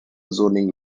zoning